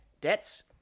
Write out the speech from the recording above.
debts